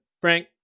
Frank